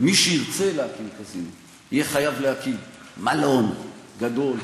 מי שירצה להקים קזינו יהיה חייב להקים מלון גדול,